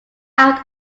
out